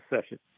session